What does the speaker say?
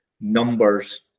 numbers